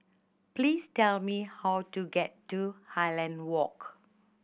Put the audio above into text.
please tell me how to get to Highland Walk